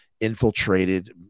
infiltrated